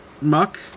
Muck